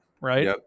Right